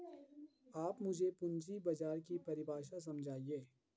आप मुझे पूंजी बाजार की परिभाषा समझाइए